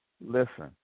Listen